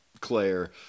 Claire